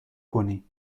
کنی